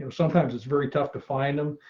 um sometimes it's very tough to find them.